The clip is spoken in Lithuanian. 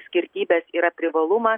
skirtybės yra privalumas